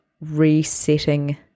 resetting